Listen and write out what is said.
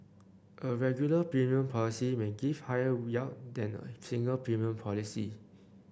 a regular premium policy may give higher yield than a single premium policy